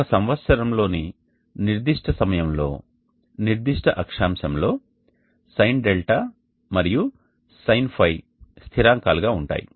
ఒక సంవత్సరం లోని నిర్దిష్ట సమయంలో నిర్దిష్ట అక్షాంశం లో sin δ మరియు sin φ స్థిరాంకాలు గా ఉంటాయి